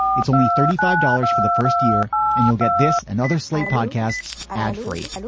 it's only thirty five dollars for the first year and you'll get this and other slate podcasts ad free.